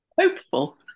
hopeful